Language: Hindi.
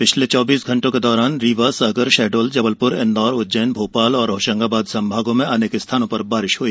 पिछले चौबीस घंटों के दौरान रीवा सागर शहडोल जबलपुर इंदौर उज्जैन भोपाल और होशंगाबाद संभागों में अनेक स्थानों पर बारिश हुई